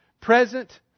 present